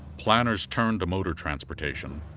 planners turned to motor transportation.